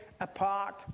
apart